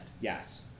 Yes